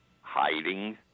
hiding